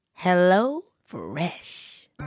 HelloFresh